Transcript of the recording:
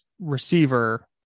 receiver